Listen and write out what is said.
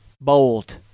bold